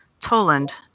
Toland